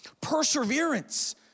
Perseverance